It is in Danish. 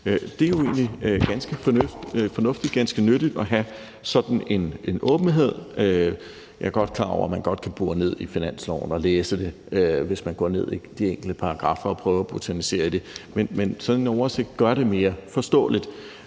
Det er jo egentlig ganske fornuftigt og ganske nyttigt at have sådan en åbenhed. Jeg er godt klar over, at man kan bore ned i finansloven og læse det, hvis man går ned i de enkelte paragraffer og prøver at botanisere i det. Men sådan en oversigt gør det mere forståeligt,